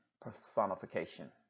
personification